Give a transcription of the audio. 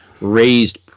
raised